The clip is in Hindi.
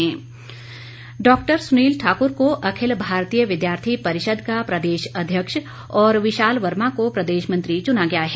एबीवीपी डॉक्टर सुनील ठाकुर को अखिल भारतीय विद्यार्थी परिषद का प्रदेश अध्यक्ष और विशाल वर्मा को प्रदेश मंत्री चुना गया है